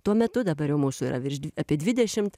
tuo metu dabar jau mūsų yra virš apie dvidešimt